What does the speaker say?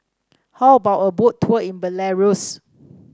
how about a Boat Tour in Belarus